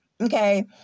okay